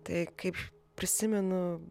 tai kaip prisimenu